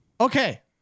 okay